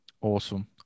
Awesome